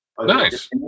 Nice